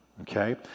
Okay